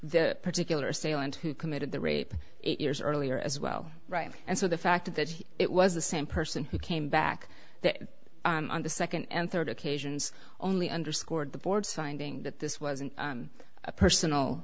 the particular saillant who committed the rape eight years earlier as well right and so the fact that it was the same person who came back on the second and third occasions only underscored the board's finding that this wasn't a personal